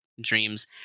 dreams